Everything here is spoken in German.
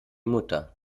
mutter